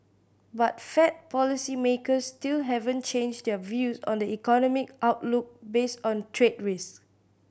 but Fed policymakers still haven't changed their views on the economic outlook based on trade risk